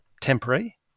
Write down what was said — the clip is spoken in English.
temporary